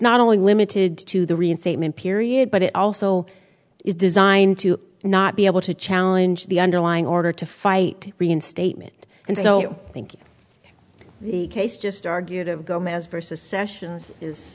not only limited to the reinstatement period but it also is designed to not be able to challenge the underlying order to fight reinstatement and so i think the case just argued of gomez versus sessions is